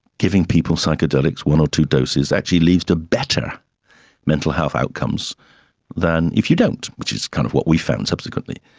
giving people psychedelics, one or two doses, actually leads to better mental health outcomes than if you don't, which is kind of what we found subsequently.